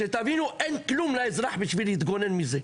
תבינו, אין כלום לאזרח בשביל להתגונן מזה.